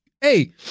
hey